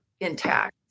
intact